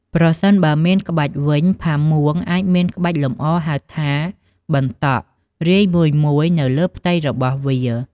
ប្រសិនបើមានក្បាច់វិញផាមួងអាចមានក្បាច់លម្អ ហៅថា “បន្តក់” រាយមួយៗនៅលើផ្ទៃរបស់វា។